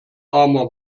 armer